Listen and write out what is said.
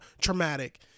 traumatic